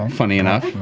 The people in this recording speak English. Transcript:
funny enough.